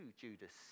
Judas